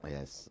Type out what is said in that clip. Yes